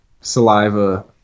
Saliva